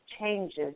changes